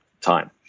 time